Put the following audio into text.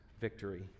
victory